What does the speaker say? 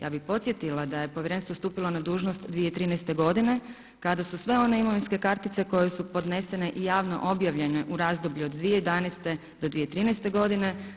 Ja bi podsjetila da je povjerenstvo stupilo na dužnost 2013. godine kada su sve one imovinske kartice koje su podnesene i javno objavljene u razdoblju 2011. do 2013. godine.